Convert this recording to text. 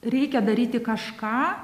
reikia daryti kažką